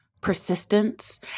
persistence